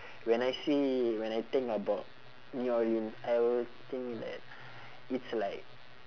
when I see when I think about new orleans I will think that it's like